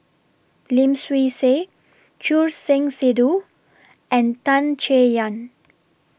Lim Swee Say Choor Singh Sidhu and Tan Chay Yan